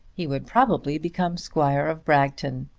he would probably become squire of bragton,